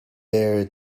there